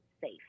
safe